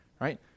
right